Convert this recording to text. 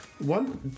One